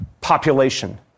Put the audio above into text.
population